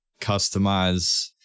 customize